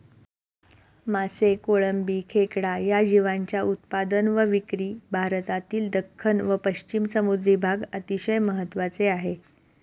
मासे, कोळंबी, खेकडा या जीवांच्या उत्पादन व विक्री भारतातील दख्खन व पश्चिम समुद्री भाग अतिशय महत्त्वाचे आहे